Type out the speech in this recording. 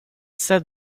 said